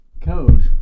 code